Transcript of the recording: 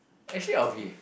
actually I will be